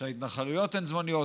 שההתנחלויות הן זמניות.